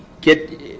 get